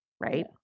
right